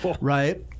right